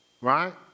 Right